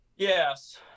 Yes